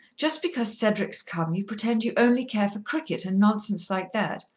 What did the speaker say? just because cedric's come, you pretend you only care for cricket and nonsense like that,